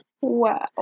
Wow